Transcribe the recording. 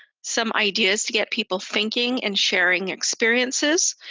some ideas to get people thinking and sharing experiences.